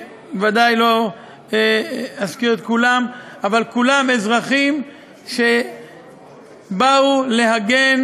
וודאי לא אזכיר את כולם אבל כולם אזרחים שבאו להגן